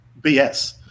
BS